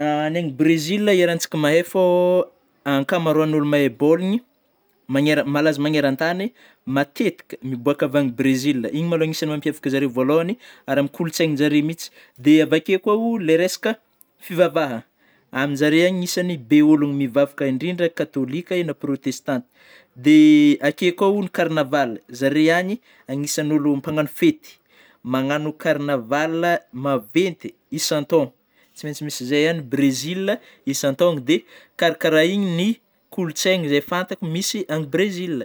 Ny an'i Brezila iarahantsika mahay fô ankamaroan'ôlo mahay baoliny magnera- malaza magneran-tany matetiky miboaka avy any Brezila iny malo no agnisany mampiavaka an'ny zareo voalohany ary amin'ny kolotsinanjareo mihintsy dia avy akeo koa ilay resaka fivavaha aminjareo any isan'ny be ôlo mivavaka indrindra katolika io na protestanta; dia akeo koa ny carnaval zare any agnisan'ny olo mpagnano fety magnano carnaval maventy isan-taogno tsy maintsy misy zay any Brezila isan-taogno; dia karakaraha igny ny kolotsaigna izay fantako misy agny Brezila.